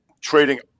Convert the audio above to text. trading